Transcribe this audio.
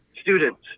students